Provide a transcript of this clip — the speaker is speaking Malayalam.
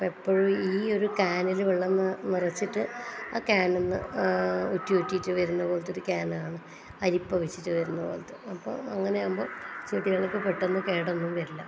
അപ്പോൾ എപ്പോഴും ഈയൊരു ക്യാനിൽ വെള്ളം നിറച്ചിട്ട് ആ ക്യാനിൽനിന്ന് ഒറ്റി ഒറ്റിയിട്ട് വരുന്നത് പോലെയൊരു ക്യാൻ ആണ് അരിപ്പ വെച്ചിട്ട് വരുന്നത് പോലത്തെ അപ്പോൾ അങ്ങനെ ആവുമ്പോൾ ചെടികൾക്ക് പെട്ടെന്ന് കേടൊന്നും വരില്ല